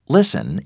Listen